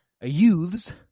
youths